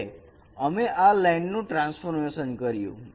હવે તમે આ લાઈન નું ટ્રાન્સફોર્મેશન કર્યું